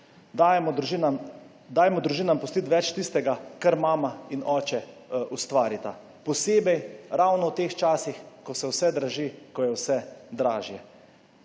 Dajmo družinam pustiti več tistega, kar mama in oče ustvarita, posebej v teh časih, ko se vse draži, ko je vse dražje.